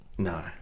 No